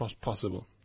possible